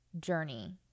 journey